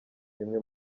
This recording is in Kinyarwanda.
bimwe